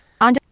on